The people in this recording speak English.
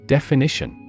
Definition